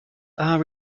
are